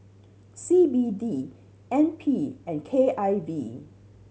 C B D N P and K I V